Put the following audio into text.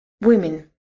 Women